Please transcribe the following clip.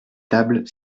table